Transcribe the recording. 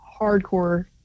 hardcore